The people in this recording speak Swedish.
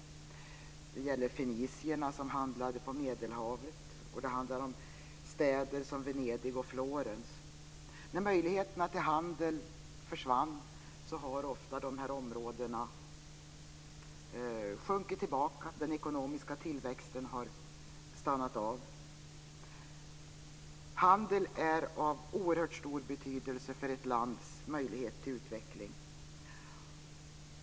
Det gäller fenicierna, som handlade på Medelhavet. Det handlar om städer som Venedig och När möjligheterna till handel försvann sjönk ofta dessa områden tillbaka. Den ekonomiska tillväxten stannade av. Handel är av oerhört stor betydelse för ett lands utveckling.